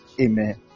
Amen